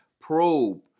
probe